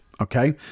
okay